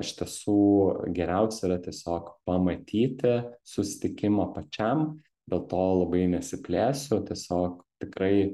iš tiesų geriausia yra tiesiog pamatyti susitikimą pačiam dėl to labai nesiplėsiu tiesiog tikrai